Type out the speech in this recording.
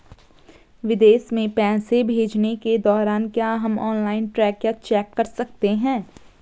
विदेश में पैसे भेजने के दौरान क्या हम ऑनलाइन ट्रैक या चेक कर सकते हैं?